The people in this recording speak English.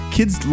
Kids